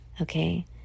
Okay